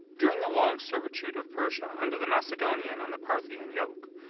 during the long servitude of persia under the macedonian and the parthian yoke,